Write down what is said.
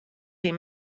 wie